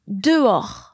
dehors